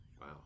wow